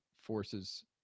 forces